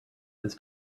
this